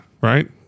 Right